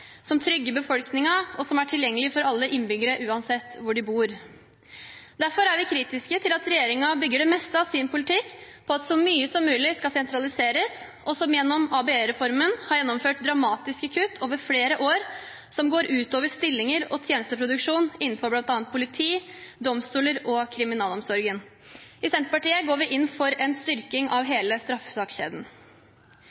som trygger befolkningen, og som er tilgjengelig for alle innbyggere, uansett hvor de bor. Derfor er vi kritiske til at regjeringen bygger det meste av sin politikk på at så mye som mulig skal sentraliseres, og som gjennom ABE-reformen har gjennomført dramatiske kutt over flere år som går ut over stillinger og tjenesteproduksjon innen bl.a. politi, domstoler og kriminalomsorgen. I Senterpartiet går vi inn for en styrking av